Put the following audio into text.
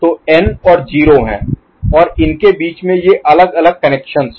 तो n और 0 हैं और इनके बीच में ये अलग अलग कनेक्शंस हैं